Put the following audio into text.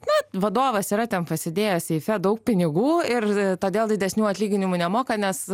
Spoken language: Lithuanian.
na vadovas yra ten pasidėję seife daug pinigų ir todėl didesnių atlyginimų nemoka nes